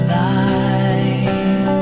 light